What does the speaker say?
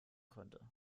konnte